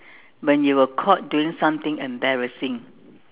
when you were caught doing something embarrassing